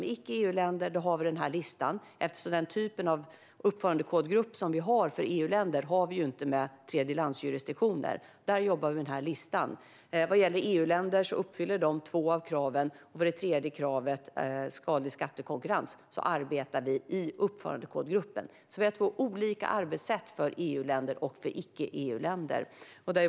Med icke-EU-länder har vi den här listan; den typ av uppförandekodgrupp som vi har för EU-länder har vi inte med tredjelandsjurisdiktioner. Där jobbar vi i stället med listan. De EU-länder som avses uppfyller två av kraven. Vad gäller det tredje kravet, som handlar om skadlig skattekonkurrens, arbetar vi i uppförandekodgruppen. Vi har alltså två olika arbetssätt för EU-länder respektive icke-EU-länder.